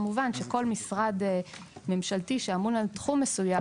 כמובן שכל משרד ממשלתי שאמון על תחום מסוים,